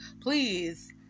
please